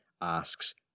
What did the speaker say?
asks